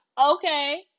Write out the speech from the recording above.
Okay